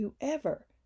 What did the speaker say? whoever